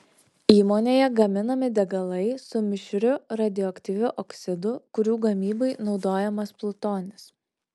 įmonėje gaminami degalai su mišriu radioaktyviu oksidu kurių gamybai naudojamas plutonis